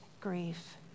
grief